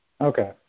Okay